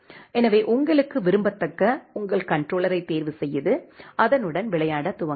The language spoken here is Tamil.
எனவே உங்களுக்கு விரும்பத்தக்க உங்கள் கண்ட்ரோலரைத் தேர்வுசெய்து அதனுடன் விளையாடத் தொடங்கலாம்